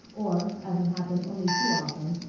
or, as it happened only too often,